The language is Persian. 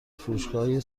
فروشگاههای